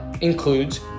includes